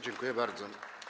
Dziękuję bardzo.